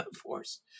force